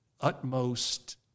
utmost